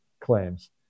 claims